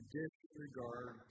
disregard